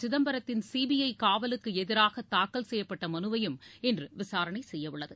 சிதம்பரத்தின் சிபிஐ காவலுக்கு எதிராக தாக்கல் செய்யப்பட்ட மனுவையும் இன்று விசாரணை செய்யவுள்ளது